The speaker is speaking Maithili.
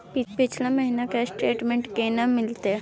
पिछला महीना के स्टेटमेंट केना मिलते?